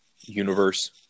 universe